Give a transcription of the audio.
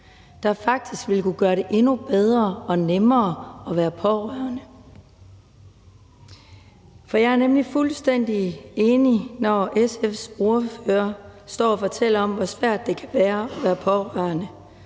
der faktisk ville kunne gøre det endnu bedre og nemmere at være pårørende. For jeg er nemlig fuldstændig enig, når SF's ordfører står og fortæller om, hvor svært det kan være at være pårørende.